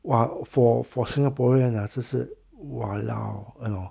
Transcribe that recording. !wah! for for singaporean 真是 !walao! you know